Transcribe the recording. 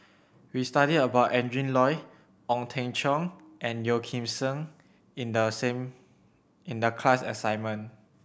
we studied about Adrin Loi Ong Teng Cheong and Yeo Kim Seng in the same in the class assignment